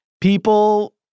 People